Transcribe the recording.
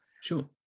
sure